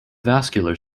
vascular